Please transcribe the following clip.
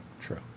True